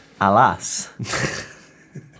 Alas